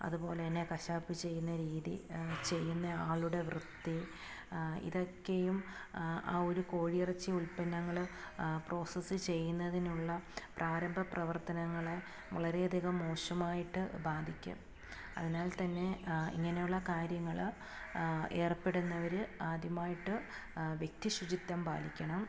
അതുപോലെത്തന്നെ കശാപ്പ് ചെയ്യുന്ന രീതി ചെയ്യുന്ന ആളുടെ വൃത്തി ഇതൊക്കെയും ആ ഒരു കോഴിയിറച്ചി ഉൽപ്പന്നങ്ങൾ പ്രോസസ് ചെയ്യുന്നതിനുള്ള പ്രാരംഭ പ്രവർത്തനങ്ങളെ വളരെയധികം മോശമായിട്ട് ബാധിക്കും അതിനാൽത്തന്നെ ഇങ്ങനെയുള്ള കാര്യങ്ങൾ ഏർപ്പെടുന്നവർ ആദ്യമായിട്ട് വ്യക്തിശുചിത്വം പാലിക്കണം